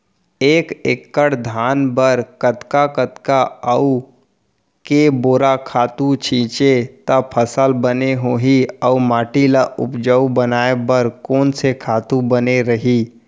एक एक्कड़ धान बर कतका कतका अऊ के बार खातू छिंचे त फसल बने होही अऊ माटी ल उपजाऊ बनाए बर कोन से खातू बने रही?